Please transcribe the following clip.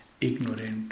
ignorant